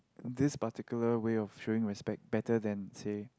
this particular way of showing respect better than say